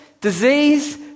disease